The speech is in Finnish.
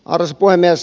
arvoisa puhemies